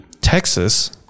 Texas